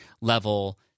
level